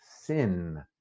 sin